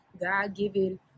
God-given